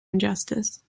injustice